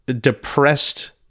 depressed